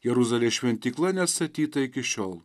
jeruzalės šventykla neatstatyta iki šiol